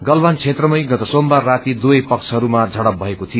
गलवान क्षेत्रमै गत सोमबार राती दुवै पक्षहरूमा झड्प भएको थियो